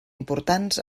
importants